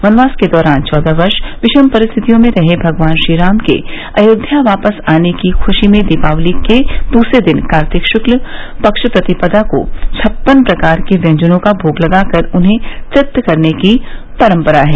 वनवास के दौरान चौदह वर्ष विषम परिस्थितियों में रहे भगवान श्री राम के अयोध्या वापस आने की खुशी में दीपावली के दूसरे दिन कार्तिक शुक्ल पक्ष प्रतिपदा को छप्पन प्रकार के व्यंजनों का भोग लगाकर उन्हें तृप्त करने की परम्परा है